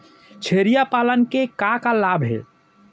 छेरिया पालन के का का लाभ हे?